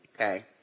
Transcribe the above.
okay